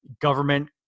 government